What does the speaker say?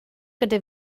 gyda